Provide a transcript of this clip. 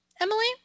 Emily